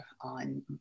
on